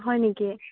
হয় নেকি